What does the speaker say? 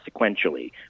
sequentially